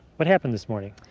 what happened this morning?